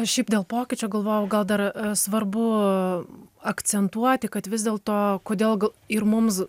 šiaip dėl pokyčio galvojau gal dar svarbu akcentuoti kad vis dėlto kodėl ir mums